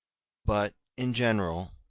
but, in general,